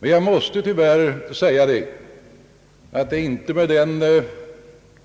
Men jag måste tyvärr säga att jag hade trott att regeringen med större